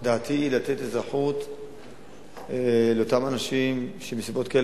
לתת אזרחות לאותם אנשים שמסיבות כאלה